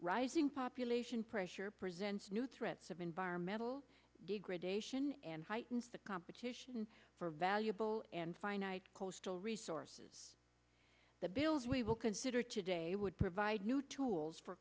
rising population pressure presents new threats of environmental degradation and heightens the competition for valuable and finite coastal resources the bills we will consider today would provide new tools for